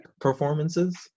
performances